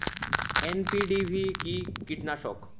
NPV কি কীটনাশক?